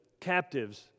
captives